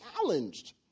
challenged